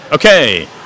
Okay